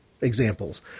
examples